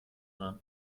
waren